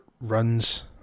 runs